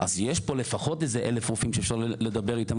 אז יש פה לפחות 1,000 רופאים שאפשר לדבר איתם,